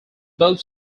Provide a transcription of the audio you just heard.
both